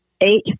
Eight